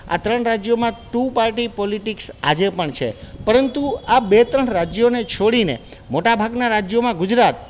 આ ત્રણ રાજ્યોમાં ટુ પાર્ટી પોલિટીક્સ આજે પણ છે પરંતુ આ બે ત્રણ રાજ્યોને છોડીને મોટાભાગના રાજ્યોમાં ગુજરાત